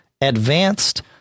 advanced